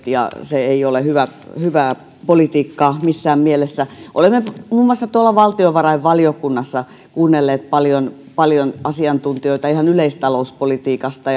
ja se ei ole hyvää politiikkaa missään mielessä olemme muun muassa valtiovarainvaliokunnassa kuunnelleet paljon paljon asiantuntijoita ihan yleistalouspolitiikasta